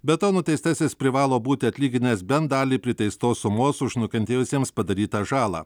be to nuteistasis privalo būti atlyginęs bent dalį priteistos sumos už nukentėjusiems padarytą žalą